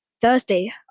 Thursday